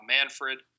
Manfred